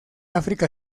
áfrica